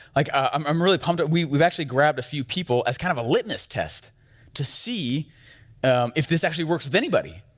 like, i'm i'm really pumped up we've actually grabbed a few people as kind of a litmus test to see if this actually works with anybody.